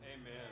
Amen